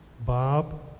Bob